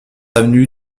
avenue